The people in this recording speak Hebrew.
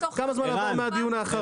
כמה זמן עבר מהדיון האחרון?